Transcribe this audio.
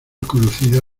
conocida